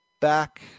back